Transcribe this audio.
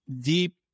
deep